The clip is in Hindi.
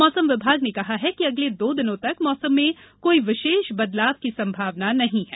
मौसम विभाग ने कहा है कि अगले दो दिनों तक मौसम में कोई विशेष बदलाव की संभावना नहीं है